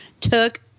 took